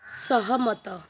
ସହମତ